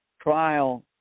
trial